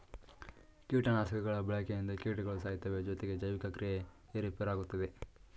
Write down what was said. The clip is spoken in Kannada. ಕೀಟನಾಶಕಗಳ ಬಳಕೆಯಿಂದ ಕೀಟಗಳು ಸಾಯ್ತವೆ ಜೊತೆಗೆ ಜೈವಿಕ ಕ್ರಿಯೆ ಏರುಪೇರಾಗುತ್ತದೆ